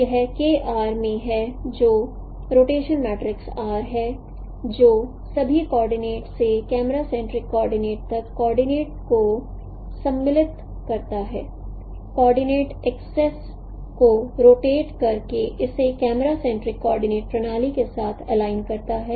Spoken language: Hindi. यह K R में है जो रोटेशन मैट्रिक्स R है जो सभी कोऑर्डिनेट से कैमरा सेंट्रिक कोऑर्डिनेट तक कोऑर्डिनेट को सम्मिलित करता है कोऑर्डिनेट एक्सेस को रोटेट कर के इसे कैमरा सेंट्रिक कोऑर्डिनेट प्रणाली के साथ एलाइन करता है